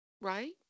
right